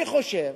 אני חושב